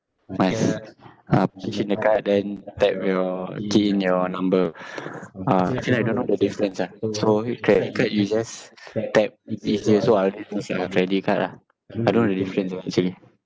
nice uh push in the card then tap your key in your number uh actually I don't know the difference ah so with credit card you just tap credit card ah I don't know the difference ah actually